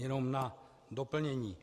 Jenom na doplnění.